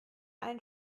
ein